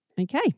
Okay